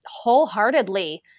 wholeheartedly